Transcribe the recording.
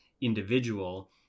individual